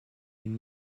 une